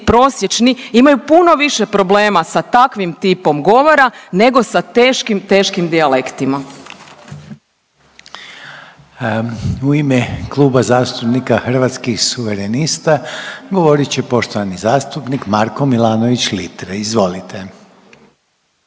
prosječni imaju puno više problema sa takvim tipom govora nego sa teškim, teškim dijalektima. **Reiner, Željko (HDZ)** U ime Kluba zastupnika Hrvatskih suverenista govorit će poštovani zastupnik Marko Milanović Litre. Izvolite.